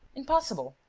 impossible.